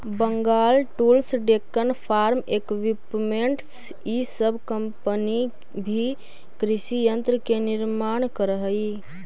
Bengal tools, Deccan farm equipments इ सब company भी कृषि यन्त्र के निर्माण करऽ हई